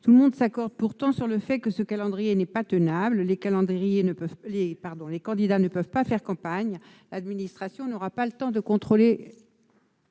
Tout le monde s'accorde pourtant sur le fait que ce calendrier n'est pas tenable. Les candidats ne peuvent pas faire campagne, l'administration n'aura pas le temps de contrôler